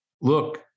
look